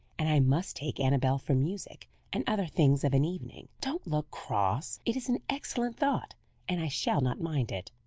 and i must take annabel for music and other things of an evening. don't look cross. it is an excellent thought and i shall not mind it.